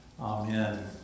Amen